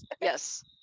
Yes